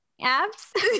Apps